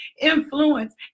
influence